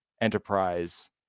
enterprise